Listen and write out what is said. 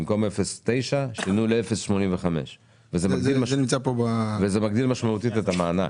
במקום 0.9 שינו ל-0.85 וזה מגדיל משמעותית את המענק.